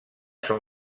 són